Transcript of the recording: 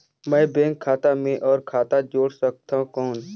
मैं बैंक खाता मे और खाता जोड़ सकथव कौन?